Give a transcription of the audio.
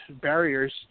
barriers